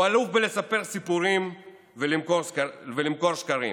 הוא אלוף בלספר סיפורים ולמכור שקרים,